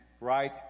right